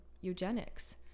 eugenics